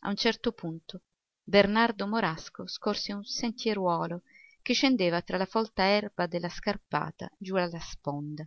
a un certo punto bernardo morasco scorse un sentieruolo che scendeva tra la folta erba della scarpata giù alla sponda